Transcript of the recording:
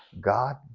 God